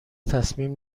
تصمیم